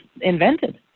invented